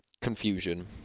confusion